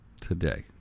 Today